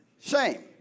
Shame